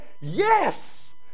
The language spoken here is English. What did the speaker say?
Yes